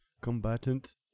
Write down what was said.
combatant